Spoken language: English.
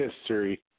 History